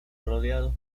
rodeados